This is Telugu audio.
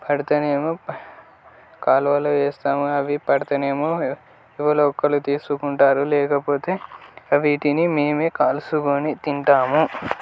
పడితేనేమో కాలువలో వేస్తాము అవి పడితేనేమో ఎవరో ఒకరు తీసుకుంటారు లేకపోతే అవిటిని మేమే కాల్చుకోని తింటాము